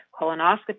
colonoscopy